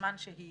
בזמן שהיא